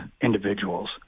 individuals